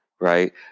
Right